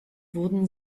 wurden